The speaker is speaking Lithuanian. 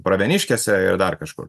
pravieniškėse ir dar kažkur